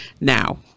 now